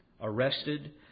arrested